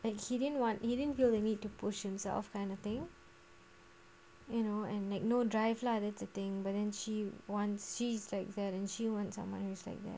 and he didn't want he didn't feel the need to push himself kind of thing you know and like no drive lah that's the thing but then she want shes like that and she wants someone who's like that